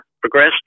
progressed